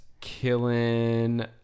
killing